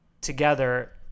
together